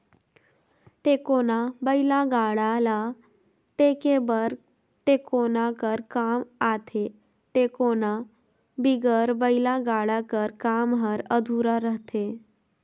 टेकोना बइला गाड़ा ल टेके बर टेकोना कर काम आथे, टेकोना बिगर बइला गाड़ा कर काम हर अधुरा रहथे